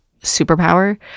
superpower